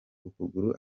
ukuguru